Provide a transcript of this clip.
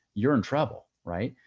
you're in trouble, right?